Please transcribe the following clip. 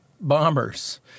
bombers